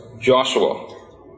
Joshua